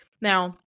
Now